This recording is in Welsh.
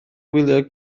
wylio